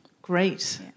Great